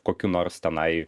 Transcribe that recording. kokių nors tenai